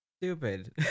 stupid